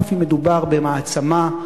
אף אם מדובר במעצמה,